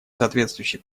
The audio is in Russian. соответствующие